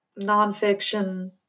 nonfiction